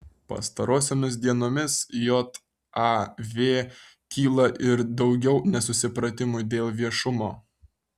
pastarosiomis dienomis jav kyla ir daugiau nesusipratimų dėl viešumo